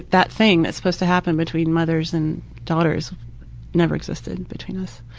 that thing that's supposed to happen between mothers and daughters never existed between us.